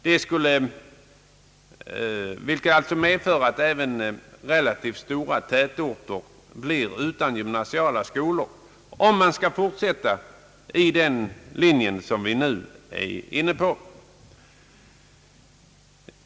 Det kommer att innebära att även relativt stora tätorter blir utan gymnasiala skolor, om man skall fortsätta efter den linje som man nu är inne på.